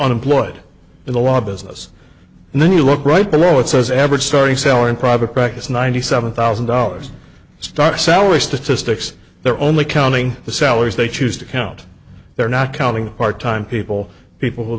unemployed in the law business and then you look right below it says average starting salary in private practice ninety seven thousand dollars star salary statistics they're only counting the salaries they choose to count they're not counting part time people people